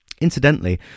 Incidentally